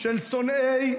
של שונאי יהודים.